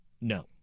no